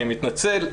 אני מתנצל,